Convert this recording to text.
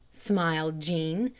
smiled jean.